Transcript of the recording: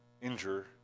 injure